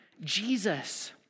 Jesus